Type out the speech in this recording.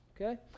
okay